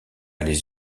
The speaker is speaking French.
les